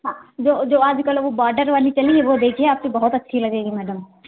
हाँ जो जो आज कल वो बॉडर वाली चली है वो देखिए आप पर बहुत अच्छी लगेगी मैडम